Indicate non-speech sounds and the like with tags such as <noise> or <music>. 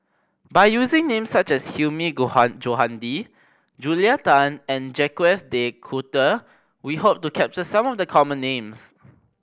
by using names such as Hilmi <unintelligible> Johandi Julia Tan and Jacques De Coutre we hope to capture some of the common names